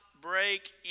Break